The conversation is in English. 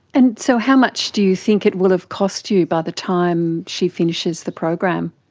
and so how much do you think it will have cost you by the time she finishes the program?